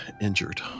injured